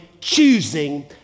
choosing